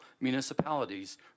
municipalities